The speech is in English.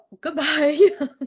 goodbye